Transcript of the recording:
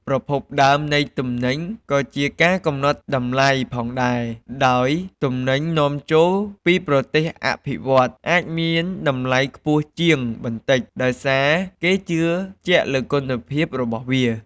ប្រភពដើម នៃទំនិញក៏ជាការកំណត់តម្លៃផងដែរ ដោយទំនិញនាំចូលពីប្រទេសអភិវឌ្ឍន៍អាចមានតម្លៃខ្ពស់ជាងបន្តិច ដោយសារគេជឿជាក់លើគុណភាពរបស់វា។